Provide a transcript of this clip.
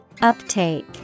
Uptake